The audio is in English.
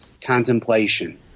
contemplation